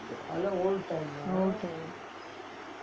old time